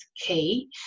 key